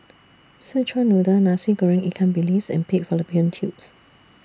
Szechuan Noodle Nasi Goreng Ikan Bilis and Pig Fallopian Tubes